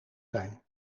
zijn